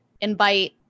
invite